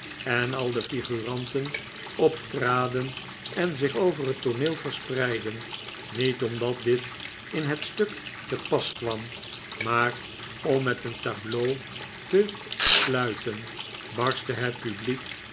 en al de figuranten optraden en zich over het tooneel verspreidden niet orridat dit in het stuk te pas kwam maar om met een tableau te sluiten barstte het publiek